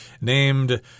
named